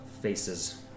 faces